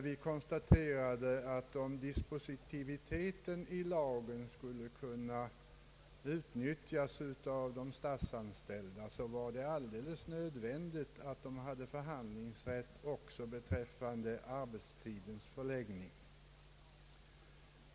Vi konstaterade där att om dispositiviteten i lagen skulle kunna utnyttjas av de statsanställda, så var det nödvändigt att de hade förhandlingsrätt också beträffande arbetstidens förläggning.